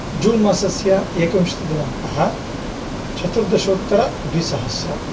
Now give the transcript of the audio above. जून् मासस्य एकविंशतिदिनाङ्कः चतुर्दशोत्तरद्विसहस्रम्